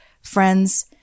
friends